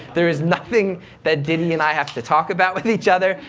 there is nothing that diddy and i have to talk about with each other.